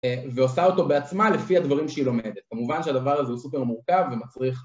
ועושה אותו בעצמה לפי הדברים שהיא לומדת. כמובן שהדבר הזה הוא סופר מורכב ומצריך...